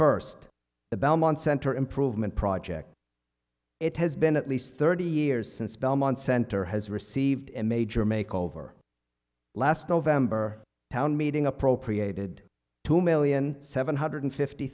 first the belmont center improvement project it has been at least thirty years since belmont center has received a major make over last november town meeting appropriated two million seven hundred fifty